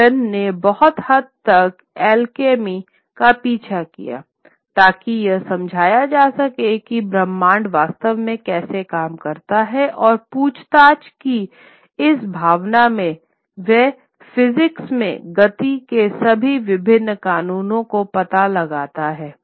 Newton ने बहुत हद तक अल्केमी का पीछा किया ताकि यह समझाया जा सके कि ब्रह्मांड वास्तव में कैसे काम करता है और पूछताछ की इस भावना में वह फ़िज़िक्स में गति के सभी विभिन्न क़ानूनों का पता लगाता है